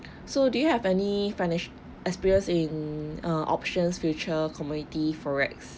so do you have any finance experience in err options future commodity forex